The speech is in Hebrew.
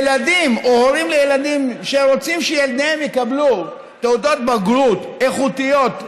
ילדים או הורים לילדים שרוצים שילדיהם יקבלו תעודות בגרות איכותיות,